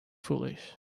foolish